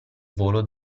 volo